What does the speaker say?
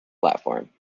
platform